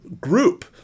group